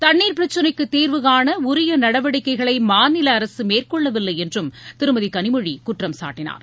தண்ணீர் பிரச்சினைக்கு தீர்வு காண உரிய நடவடிக்கைகளை மாநில அரசு மேற்கொள்ளவில்லை என்றும் திருமதி கனிமொழி குற்றம் சாட்டினார்